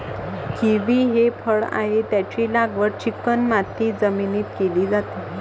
kiwi हे फळ आहे, त्याची लागवड चिकणमाती जमिनीत केली जाते